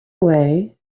way